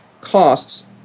costs